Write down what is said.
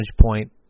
point